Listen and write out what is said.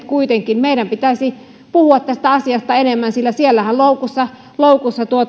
kuitenkin pitäisi puhua tästä asiasta enemmän sillä siellähän loukussa loukussa